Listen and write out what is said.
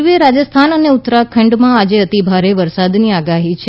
પુર્વીય રાજસ્થાન અને ઉત્તરાખંડમાં આજે અતિભારે વરસાદની આગાહી છે